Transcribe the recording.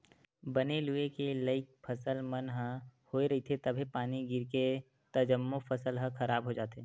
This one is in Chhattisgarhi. बने लूए के लइक फसल मन ह होए रहिथे तभे पानी गिरगे त जम्मो फसल ह खराब हो जाथे